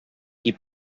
qui